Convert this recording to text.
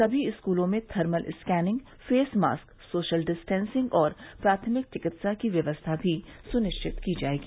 सभी स्कूलों में thermal scanning face mask social distancing और प्राथमिक चिकित्सा की व्यवस्था भी सुनिश्चित की जाएगी